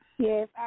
Yes